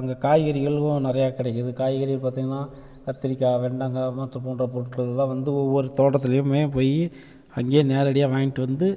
அங்கே காய்கறிகளும் நிறையா கிடைக்கிது காய்கறி பார்த்திங்கன்னா கத்திரிக்காய் வெண்டங்காய் போன்ற பொருட்கள்லாம் வந்து ஒவ்வொரு தோட்டத்துலேயுமே போய் அங்கே நேரடியாக வாங்கிட்டு வந்து